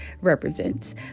represents